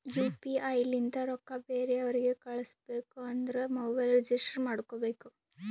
you P I ಲಿಂತ ರೊಕ್ಕಾ ಬೇರೆ ಅವ್ರಿಗ ಕಳುಸ್ಬೇಕ್ ಅಂದುರ್ ಮೊಬೈಲ್ ರಿಜಿಸ್ಟರ್ ಮಾಡ್ಕೋಬೇಕ್